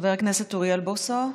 חבר הכנסת אוריאל בוסו,